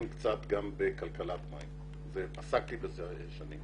קצת גם בכלכלת מים ועסקתי בזה במשך שנים.